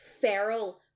feral